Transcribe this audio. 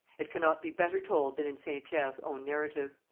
it cannot be better told than in saint-pierre's own narrative